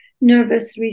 nervous